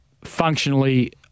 functionally